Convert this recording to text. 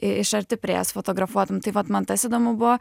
iš arti priėjęs fotografuotum tai vat man tas įdomu buvo